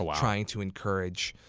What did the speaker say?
ah trying to encourage